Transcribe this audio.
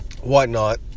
whatnot